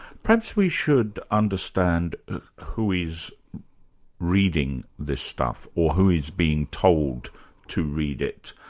perhaps we should understand who is reading this stuff, or who is being told to read it.